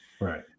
Right